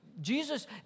Jesus